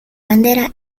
bandera